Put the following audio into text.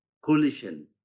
coalition